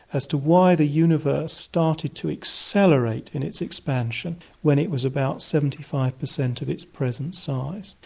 as to why the universe started to accelerate in its expansion when it was about seventy five percent of its present size.